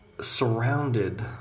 surrounded